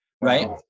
right